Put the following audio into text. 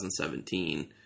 2017